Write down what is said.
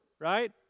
right